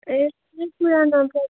ए